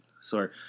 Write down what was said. sorry